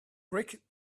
break